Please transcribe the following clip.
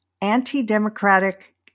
anti-democratic